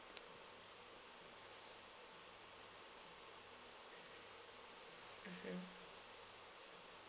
mmhmm